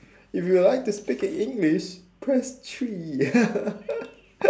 if you would like to speak in english press three